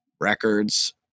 records